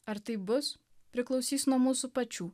ar tai bus priklausys nuo mūsų pačių